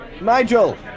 Nigel